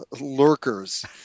lurkers